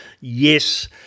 Yes